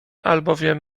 albowiem